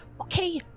Okay